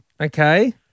okay